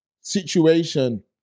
situation